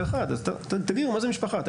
תגידו מה זה משפחה.